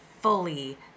fully